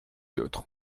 d’autres